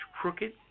crooked